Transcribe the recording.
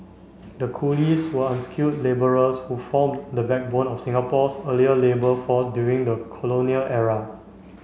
the coolies were unskilled labourers who formed the backbone of Singapore's earlier labour force during the colonial era